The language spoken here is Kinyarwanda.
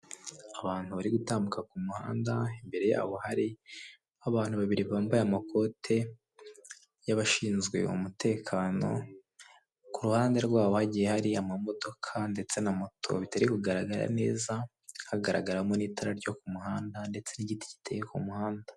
Abantu bari gutambuka k' umuhanda ,imbere yabo hari abantu babiri bambaye amakote yabashinjwe umutekano kuruhande rwabo hagiye hari amamodoka ndetse na moto bitagaragara neza, hagaragaramo n' itara ryo kumuhanda ndetse n' igiti giteye kumuhanda.